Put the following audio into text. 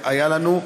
שהיה לנו.